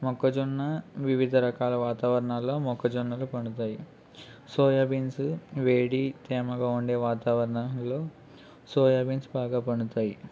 మొక్కజొన్న వివిధ రకాల వాతావరణాలలో మొక్కజొన్నలు పండుతాయి సోయాబీన్స్ వేడి తేమగా ఉండే వాతావరణాలలో సోయాబీన్స్ బాగా పండుతాయి